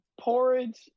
Porridge